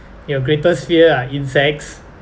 your greatest fear are insects